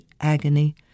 agony